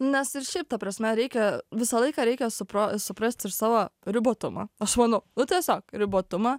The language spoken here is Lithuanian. nes ir šiaip ta prasme reikia visą laiką reikia supra suprasti ir savo ribotumą aš manau tiesiog ribotumą